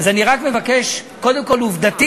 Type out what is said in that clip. אז אני רק מבקש, קודם כול, עובדתית,